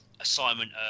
Assignment